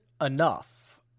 enough